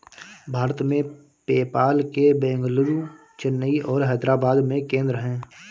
भारत में, पेपाल के बेंगलुरु, चेन्नई और हैदराबाद में केंद्र हैं